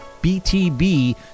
BTB